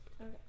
Okay